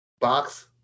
box